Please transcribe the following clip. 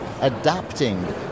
adapting